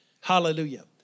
Hallelujah